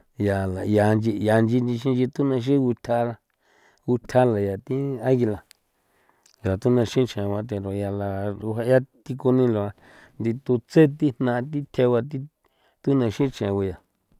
Yala yanchi yanchi nchixin tuna xigutja gutjala ya thi águila ya tunaxin chje gua tero yala ruje' 'ia thi kuni la nditu tsje thi jna thi tjegua thi tunaxi chen guya.